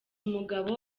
umugabo